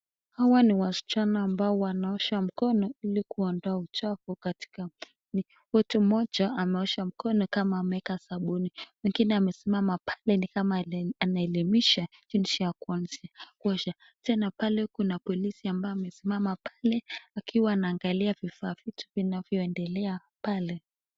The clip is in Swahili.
Hawa ni wasichana ambao wanaosha mkono ili kuondoa uchafu katika. Mtu mmoja anaosha mkono ni kama ameweka sabuni. Mwingine amesimama pale ni kama anaelimisha jinsi ya kuosha. Tena pale kuna polisi ambaye amesimama pale akiwa anaangalia vifaa. Vitu vinavyo endelea pale.